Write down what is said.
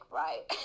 right